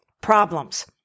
problems